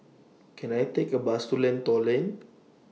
Can I Take A Bus to Lentor Lane